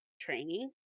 training